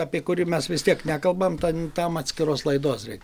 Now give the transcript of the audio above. apie kurį mes vis tiek nekalbam ten tam atskiros laidos reik